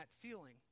feeling